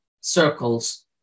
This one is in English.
circles